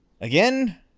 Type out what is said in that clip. Again